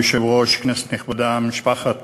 אדוני היושב-ראש, כנסת נכבדה, משפחת